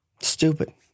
Stupid